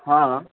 हँ